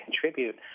contribute